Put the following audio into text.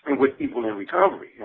with people in recovery.